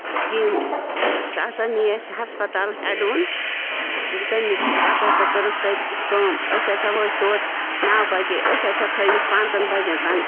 gym اۭں سۄ ہسا نی اسہِ ہسپَتال ہیٚڈوُن تٔمِس پَتہٕ ہَسا کٔرٕکھ کٲم أسۍ ہَسا ؤتھۍ تور نَو بجے أسۍ ہَسا تھٲیوِکھ پانٛژن بجیٚن تانۍ